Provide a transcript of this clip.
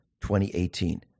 2018